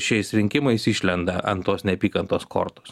šiais rinkimais išlenda ant tos neapykantos kortos